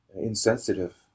insensitive